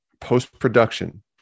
post-production